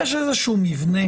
יש איזה שהוא מבנה